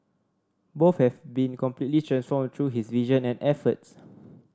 both have been completely transformed through his vision and efforts